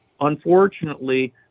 unfortunately